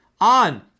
on